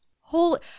Holy